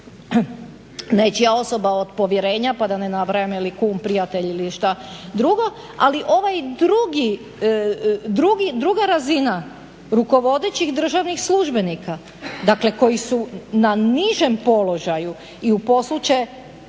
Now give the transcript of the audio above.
nečija osoba od povjerenja pa da ne nabrajam je li kum, prijatelj ili što drugo, ali ovaj drugi, druga razina rukovodećih državnih službenika, dakle koji su na nižem položaju i u poslu će